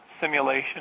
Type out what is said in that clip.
simulation